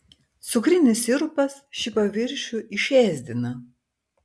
cukrinis sirupas šį paviršių išėsdina